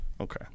Okay